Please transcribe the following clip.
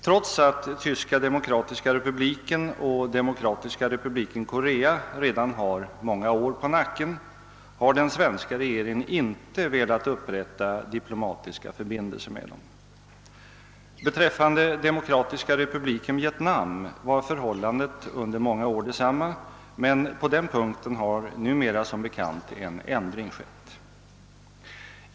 Trots att Tyska demokratiska republiken och Demokratiska folkrepubliken Korea redan har många år på nacken har den svenska regeringen inte velat upprätta diplomatiska förbindelser med dem. Beträffande Demokratiska republiken Vietnam var förhållandet under många år detsamma, men på den punkten har numera som bekant en ändring ägt rum.